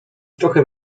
trochę